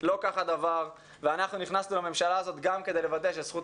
לא כך הדבר ואנחנו נכנסנו לממשלה הזאת גם כדי לוודא שזכות